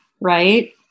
Right